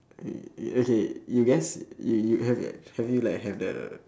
mm okay you guess you you have yet have you like have the